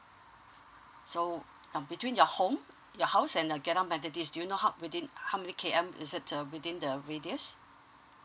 so um between your home your house and geylang methodist do you know how within how many K_M is it the within the radius